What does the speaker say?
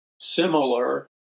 similar